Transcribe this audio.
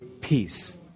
Peace